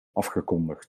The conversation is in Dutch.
afgekondigd